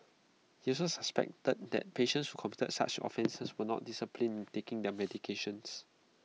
he also suspected that patients who committed such offences were not disciplined taking their medications